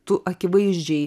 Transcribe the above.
tu akivaizdžiai